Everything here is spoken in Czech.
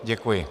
Děkuji.